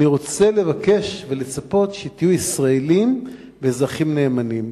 אני רוצה לבקש ולצפות שתהיו ישראלים ואזרחים נאמנים.